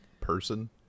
person